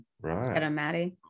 Right